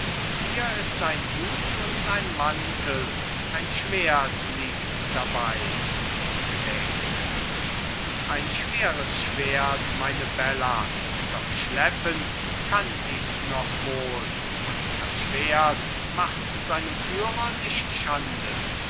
hier ist ein hut und ein mantel ein schwert liegt dabei sie wägt es ein schweres schwert meine bella doch schleppen kann ichs noch wohl und das schwert macht seinem führer nicht schande